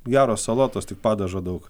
geros salotos tik padažo daug